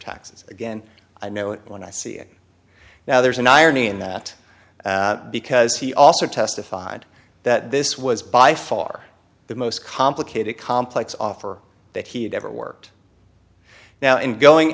taxes again i know it when i see it now there's an irony in that because he also testified that this was by far the most complicated complex offer that he had ever worked now in going